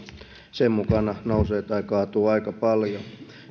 sen mukana nousee tai kaatuu aika paljon